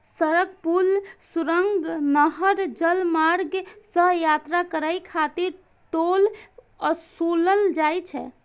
सड़क, पुल, सुरंग, नहर, जलमार्ग सं यात्रा करै खातिर टोल ओसूलल जाइ छै